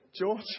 George